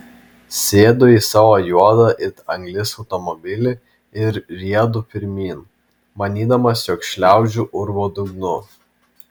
sėdu į savo juodą it anglis automobilį ir riedu pirmyn manydamas jog šliaužiu urvo dugnu